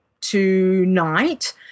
tonight